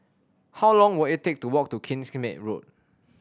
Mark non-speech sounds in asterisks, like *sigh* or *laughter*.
how long will it take to walk to Kings *unintelligible* Road